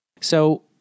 So-